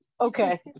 Okay